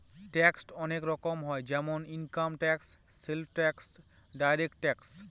tax অনেক রকম হয় যেমন income tax, sales tax, direct tax